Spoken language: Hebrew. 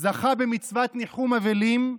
זכה במצוות ניחום אבלים,